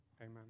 Amen